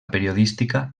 periodística